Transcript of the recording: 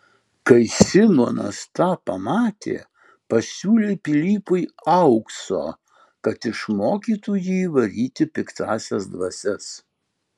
kai simonas tą pamatė pasiūlė pilypui aukso kad išmokytų jį varyti piktąsias dvasias